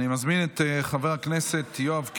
אני מזמין את חבר הכנסת יואב קיש,